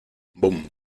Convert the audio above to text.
boom